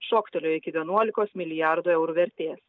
šoktelėjo iki vienuolikos milijardų eurų vertės